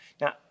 Now